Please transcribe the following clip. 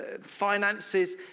finances